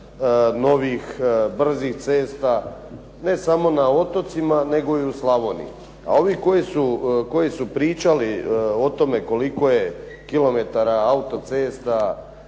novih brzih cesta ne samo na otocima nego i u Slavoniji. A ovi koji su pričali o tome koliko je kilometara autocesta,